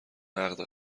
نقد